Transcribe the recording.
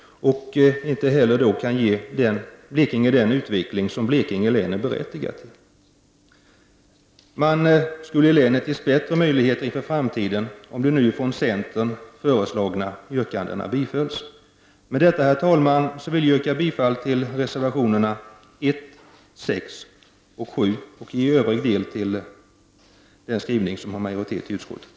De kan inte ge Blekinge län den utveckling länet är berättigat till. Man skulle i länet ges bättre möjligheter inför framtiden om de från centern föreslagna yrkandena bifölls. Med detta, herr talman, vill jag yrka bifall till reservationerna 1,6 och 7 och i övrig del till utskottets skrivning.